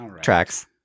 tracks